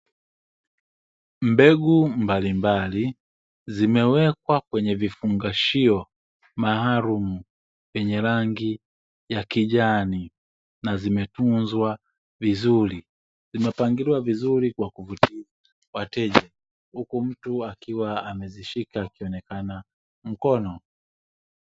Mbegu mbalimbali, zimewekwa kwenye vifungashio maalumu vyenye rangi ya kijani na zimetuzwa vizuri, zimepangiliwa vizuri kwa kuvutia wateja, huku mtu akiwa amezishika akionekana mkono. .